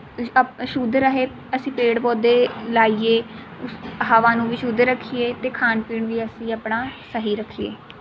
ਸ਼ੁੱਧ ਰਹੇ ਅਸੀਂ ਪੇੜ ਪੌਦੇ ਲਾਈਏ ਉਸ ਹਵਾ ਨੂੰ ਵੀ ਸ਼ੁੱਧ ਰੱਖੀਏ ਅਤੇ ਖਾਣ ਪੀਣ ਵੀ ਅਸੀਂ ਆਪਣਾ ਸਹੀ ਰੱਖੀਏ